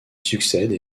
succède